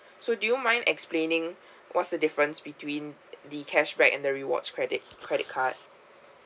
so do you mind explaining what's the difference between the cashback and the rewards credit credit card